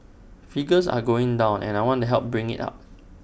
figures are going down and I want to help bring IT up